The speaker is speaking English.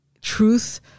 truth